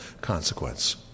consequence